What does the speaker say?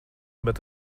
bet